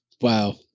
wow